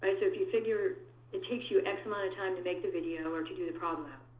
and so if you figure it takes you x amount of time to make the video, or to do the problem